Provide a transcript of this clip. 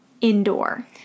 indoor